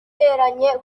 yateranye